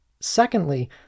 Secondly